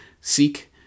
seek